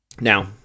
now